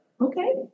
okay